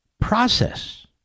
process